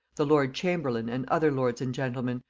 the lord-chamberlain and other lords and gentlemen,